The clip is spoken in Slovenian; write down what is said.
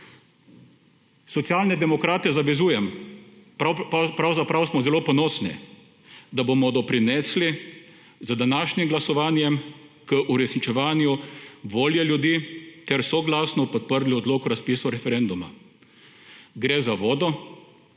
Socialne demokrate zavezujem, pravzaprav smo zelo ponosni, da bomo doprinesli z današnjem glasovanjem k uresničevanju volje ljudi ter soglasno podprli odlok o razpisu referenduma. Gre za vodo